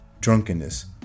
drunkenness